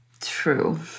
True